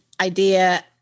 idea